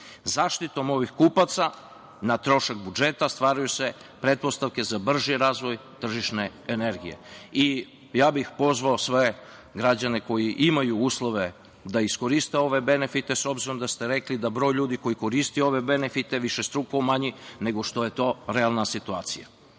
Zaštitom ovih kupaca na trošak budžeta stvaraju se pretpostavke za brži razvoj tržišne energije. Pozvao bih sve građane koji imaju uslove da iskoriste ove benefite, s obzirom da ste rekli da broj ljudi koji je koristio ove benefite višestruko je manji nego što je to realna situacija.U